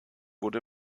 wurde